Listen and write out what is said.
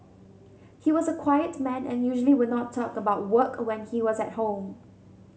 he was a quiet man and usually would not talk about work when he was at home